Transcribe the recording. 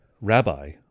Rabbi